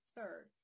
Third